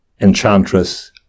enchantress